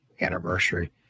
anniversary